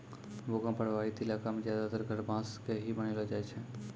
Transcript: भूकंप प्रभावित इलाका मॅ ज्यादातर घर बांस के ही बनैलो जाय छै